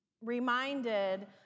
reminded